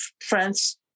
France